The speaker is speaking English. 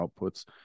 outputs